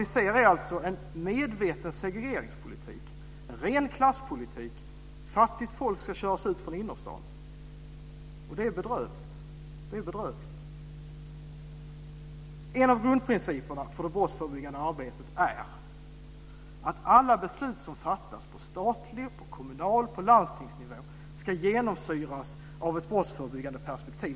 Vi ser en medveten segregeringspolitik, en ren klasspolitik. Fattigt folk ska köras ut från innerstaden. Det är bedrövligt. En av grundprinciperna för det brottsförebyggande arbetet är att alla beslut som fattas på statlig och kommunal nivå och landstingsnivå genomsyras av ett brottsförebyggande perspektiv.